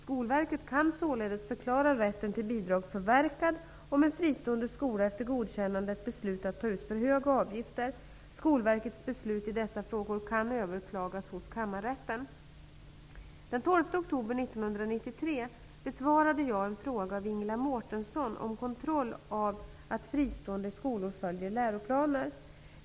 Skolverket kan således förklara rätten till bidrag förverkad, om en fristående skola efter godkännandet beslutat ta ut för höga avgifter. Skolverkets beslut i dessa frågor kan överklagas hos kammarrätten. Den 12 oktober 1993 besvarade jag en fråga av Ingela Mårtensson om kontroll av att fristående skolor följer läroplaner.